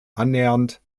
annähernd